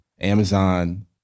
Amazon